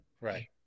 right